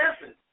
Listen